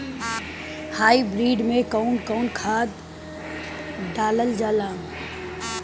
Hybrid में कउन कउन खाद डालल जाला?